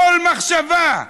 כל מחשבה,